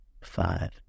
five